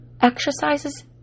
Exercises